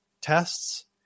tests